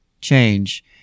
change